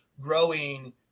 growing